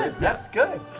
that's good.